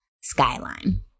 Skyline